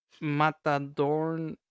Matador